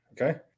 Okay